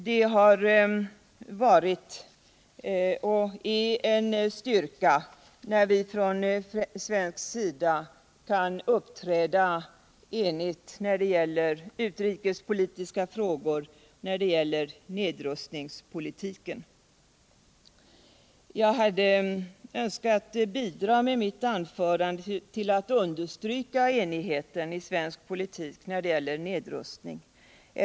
Det har varit och är en styrka att vi från svensk sida kan uppträda enigt när det gäller utrikespolitiska frågor och nedrustningspolitiken. Jag hade med mitt anförande önskat understryka enigheten i svensk politik när det gäller nedrustning.